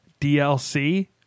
DLC